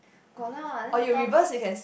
got lah then the timing